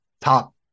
top